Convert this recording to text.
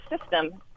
system